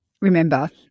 remember